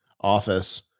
Office